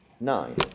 nine